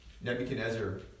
Nebuchadnezzar